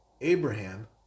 Abraham